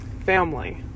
family